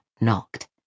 knocked